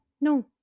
no